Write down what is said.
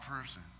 person